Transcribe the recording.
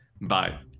Bye